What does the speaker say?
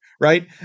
Right